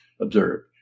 observe